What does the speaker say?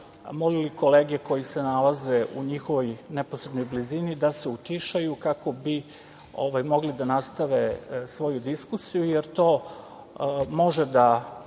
molili kolege koji se nalaze u njihovoj neposrednoj blizini da se utišaju kako bi mogli da nastave svoju diskusiju, jer to može da